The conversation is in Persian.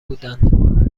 بودند